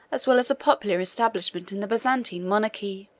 as well as popular establishment in the byzantine monarchy.